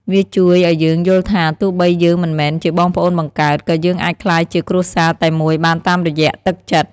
វាជួយឱ្យយើងយល់ថា ទោះបីយើងមិនមែនជាបងប្អូនបង្កើត ក៏យើងអាចក្លាយជាគ្រួសារតែមួយបានតាមរយៈទឹកចិត្ត។